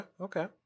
Okay